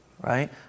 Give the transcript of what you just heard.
right